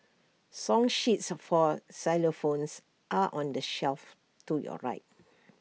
song sheets for xylophones are on the shelf to your right